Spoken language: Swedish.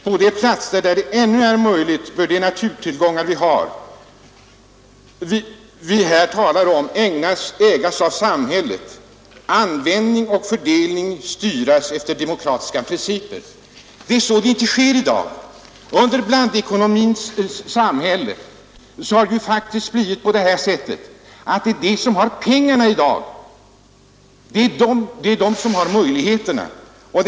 På de platser där det ännu är möjligt bör de naturtillgångar vi här talar om ägas av samhället, användning och fördelning styras efter demokratiska principer.” Det är vad som inte sker i dag. I blandekonomins samhälle har det faktiskt blivit på det sättet att det är de som har pengarna i dag som har möjligheterna att skaffa sig tillgång till rekreationsområdena.